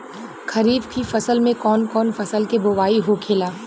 खरीफ की फसल में कौन कौन फसल के बोवाई होखेला?